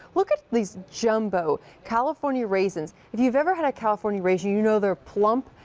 look at these jumbo california raisins. if you've ever had california raisins, you know they're plump,